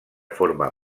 forma